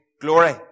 glory